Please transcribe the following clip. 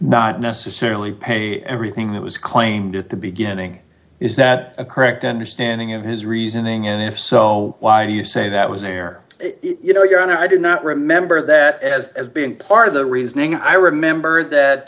not necessarily penny everything that was claimed at the beginning is that a correct understanding of his reasoning and if so why do you say that was there you know your honor i did not remember that as being part of the reasoning and i remember that